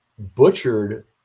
butchered